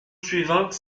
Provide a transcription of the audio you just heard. suivant